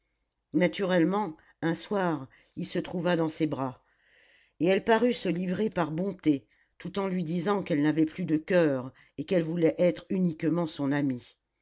naturellement un soir il se trouva dans ses bras et elle parut se livrer par bonté tout en lui disant qu'elle n'avait plus de coeur et qu'elle voulait être uniquement son amie